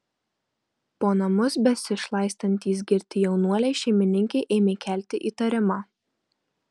po namus besišlaistantys girti jaunuoliai šeimininkei ėmė kelti įtarimą